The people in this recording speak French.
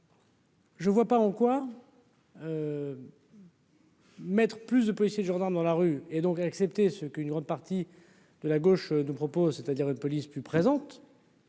Je ne vois pas en quoi. Mettre plus de policiers, de gendarmes dans la rue et donc accepter ce que une grande partie de la gauche ne propose, c'est-à-dire une police plus présente.